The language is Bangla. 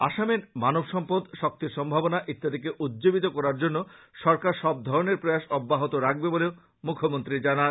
আসামের মানব সম্পদ শক্তির সম্ভাবনা ইত্যাদিকে উজ্জীবিত করার জন্য সরকার সবধরনের প্রয়াস অব্যাহত রাখবে বলেও তিনি জানান